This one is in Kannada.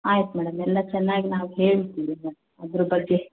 ಆಯ್ತು ಮೇಡಮ್ ಎಲ್ಲ ಚೆನ್ನಾಗಿ ನಾವು ಹೇಳ್ತೀವಿ ಅದ್ರ ಬಗ್ಗೆ